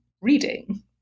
reading